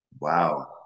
Wow